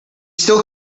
still